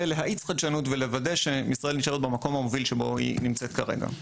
להאיץ חדשנות ולוודא שישראל נמצאת במקום המוביל שבו היא נמצאת כרגע.